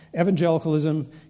evangelicalism